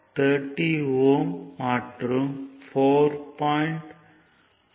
13 Ω மற்றும் 4